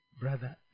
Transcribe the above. brother